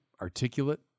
articulate